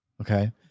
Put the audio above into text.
Okay